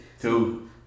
Two